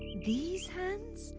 these hands,